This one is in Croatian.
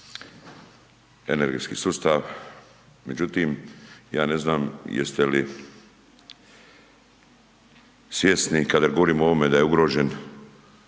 energetski sustav. Međutim, ja ne znam jeste li svjesni kada govorimo o ovome da je ugrožen